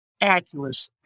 accuracy